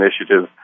initiative